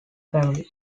family